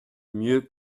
mieux